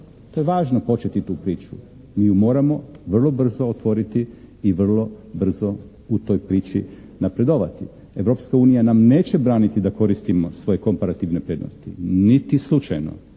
To je važno početi tu priču. Mi ju moramo vrlo brzo otvoriti i vrlo brzo u toj priči napredovati. Europska unija nam neće braniti da koristimo svoje komparativne prednosti. Niti slučajno.